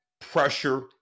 pressure